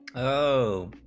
o